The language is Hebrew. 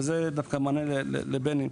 וזה מענה לבני,